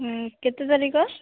ହୁଁ କେତେ ତାରିଖ